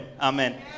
Amen